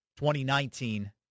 2019